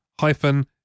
hyphen